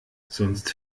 sonst